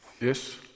Yes